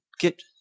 Get